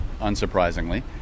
unsurprisingly